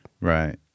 Right